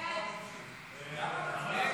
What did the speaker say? לא נתקבלה.